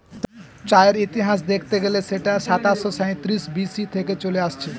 চায়ের ইতিহাস দেখতে গেলে সেটা সাতাশো সাঁইত্রিশ বি.সি থেকে চলে আসছে